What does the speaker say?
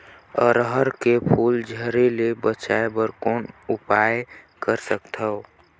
अरहर के फूल झरे ले बचाय बर कौन उपाय कर सकथव?